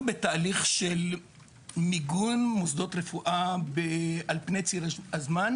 בתהליך של מיגון מוסדות רפואה על פני ציר הזמן,